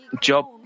Job